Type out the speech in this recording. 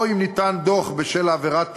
או אם ניתן דוח בשל עבירת תעבורה,